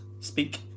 Speak